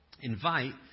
invite